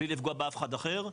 בלי לפגוע באף אחד אחר,